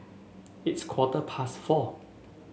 its quarter past four